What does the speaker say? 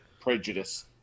prejudice